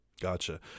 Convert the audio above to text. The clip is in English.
Gotcha